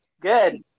Good